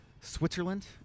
Switzerland